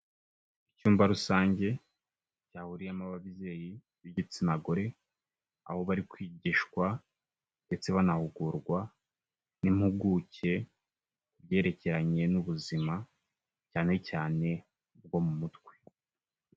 Icyumba rusange cyahuriyemo ababyeyi b'igitsina gore, aho bari kwigishwa ndetse banahugurwa n'impuguke kubyerekeranye n'ubuzima, cyane cyane bwo mu mutwe.